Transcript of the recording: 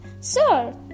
Sir